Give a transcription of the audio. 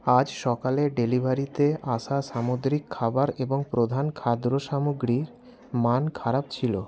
আজ সকালে ডেলিভারিতে আসা সামুদ্রিক খাবার এবং প্রধান খাদ্য সামগ্রীর মান খারাপ ছিলো